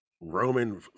Roman